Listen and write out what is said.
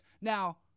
Now